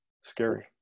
scary